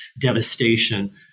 devastation